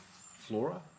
flora